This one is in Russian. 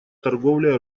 торговле